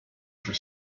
for